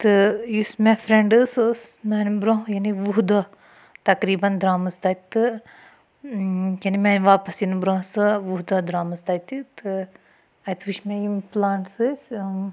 تہٕ یُس مےٚ فرٛٮ۪نٛڈ ٲس سُہ ٲس میٛانہِ بروںٛہہ یعنی وُہ دۄہ تقریٖباً درٛامٕژ تَتہِ تہٕ کِنہٕ میٛانہِ واپَس یِنہٕ بروںٛہہ ٲس سۄ وُہ دۄہ درٛامٕژ تَتہِ تہٕ اَتہِ وُچھ مےٚ یِم پٕلانٛٹٕس ٲسۍ